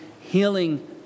healing